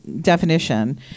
definition